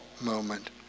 moment